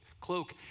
cloak